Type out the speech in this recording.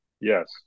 Yes